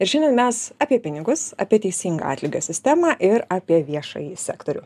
ir šiandien mes apie pinigus apie teisingą atlygio sistemą ir apie viešąjį sektorių